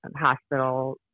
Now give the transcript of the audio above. hospitals